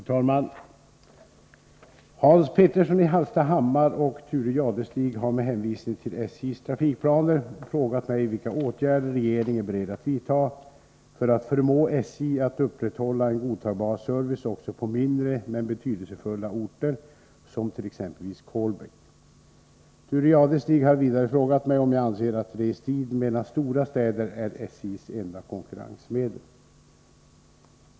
Herr talman! Hans Petersson i Hallstahammar och Thure Jadestig har, med hänvisning till SJ:s trafikplaner, frågat mig vilka åtgärder regeringen är beredd att vidta för att förmå SJ att upprätthålla en godtagbar service också på mindre, men betydelsefulla orter, t.ex. Kolbäck. Thure Jadestig har vidare frågat mig om jag anser att restiden mellan stora städer är SJ:s enda konkurrensmedel.